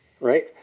right